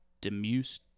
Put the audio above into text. Demus